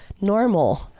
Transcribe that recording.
normal